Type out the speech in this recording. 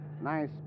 Nice